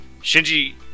Shinji